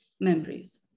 memories